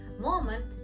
moment